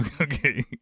okay